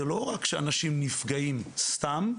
זה לא רק שאנשים נפגעים סתם.